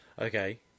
Okay